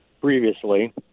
previously